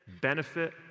benefit